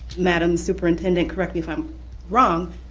madam superintendent, correct me if i'm wrong,